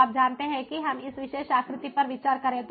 तो आप जानते हैं कि हम इस विशेष आकृति पर विचार करें